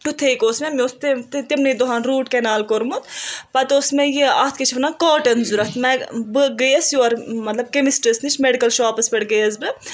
tooth ایک اوس مےٚ مےٚ اوس تہِ تِمنٕے دۄہن روٗٹ کنال کوٛرمُت پَتہٕ اوس مےٚ یہِ اَتھ کیاہ چھِ ونان کاٹن ضوٚرَتھ بہٕ گٔیَس یورٕ مطلب کیمِسٹَس نِش میڈکَل شاپَس پٮ۪ٹھ گٔیَس بہٕ